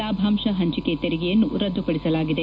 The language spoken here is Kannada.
ಲಾಭಾಂಶ ಹಂಚಿಕೆ ತೆರಿಗೆಯನ್ನೂ ರದ್ದುಪದಿಸಲಾಗಿದೆ